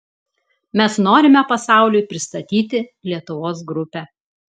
mes norime pasauliui pristatyti lietuvos grupę